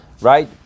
Right